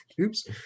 Oops